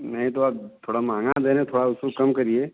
नहीं तो आप थोड़ा महँगा दे रहे हैं थोड़ा उसको कम करिए